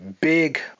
big